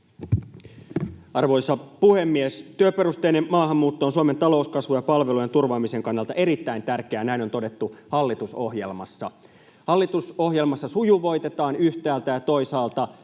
Arvoisa puhemies! Työperusteinen maahanmuutto on Suomen talouskasvun ja palveluiden turvaamisen kannalta erittäin tärkeää, näin on todettu hallitusohjelmassa. Hallitusohjelmassa yhtäältä sujuvoitetaan sitä ja toisaalta